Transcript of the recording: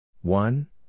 One